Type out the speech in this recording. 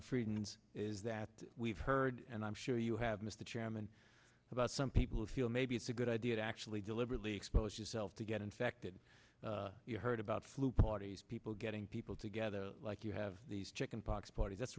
dr frieden is that we've heard and i'm sure you have mr chairman about some people who feel maybe it's a good idea to actually deliberately expose yourself to get infected you heard about flu parties people getting people together like you have these chicken pox parties that's